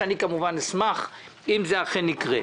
שאני כמובן אשמח אם זה אכן יקרה.